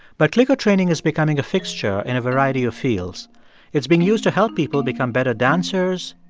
but clicker training is becoming a fixture in a variety of fields it's being used to help people become better dancers,